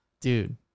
Dude